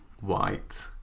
White